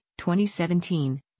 2017